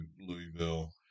louisville